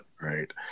right